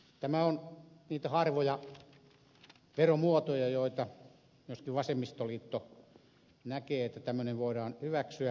tämä on niitä harvoja veromuotoja joita myöskin vasemmistoliitto näkee voitavan hyväksyä